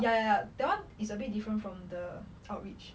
ya ya ya that one is a bit different from the outreach